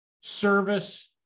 service